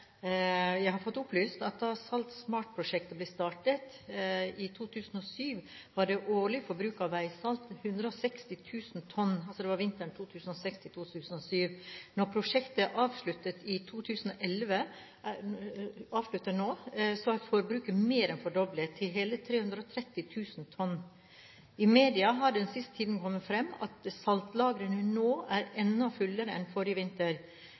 Jeg takker statsråden for svaret. Jeg har fått opplyst at da Salt SMART-prosjektet ble startet, i 2007, var det årlige forbruket av veisalt 160 000 tonn – det var vinteren 2006–2007. Når prosjektet er avsluttet i 2011 – det avsluttes nå – er forbruket mer enn fordoblet, til hele 330 000 tonn. I media har det den siste tiden kommet fram at saltlagrene nå er enda fullere enn forrige vinter.